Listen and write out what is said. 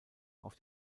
auf